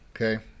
Okay